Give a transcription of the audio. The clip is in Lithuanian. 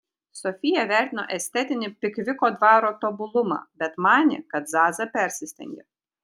sofija vertino estetinį pikviko dvaro tobulumą bet manė kad zaza persistengia